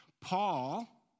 Paul